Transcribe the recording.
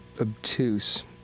obtuse